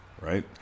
right